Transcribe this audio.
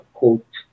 quote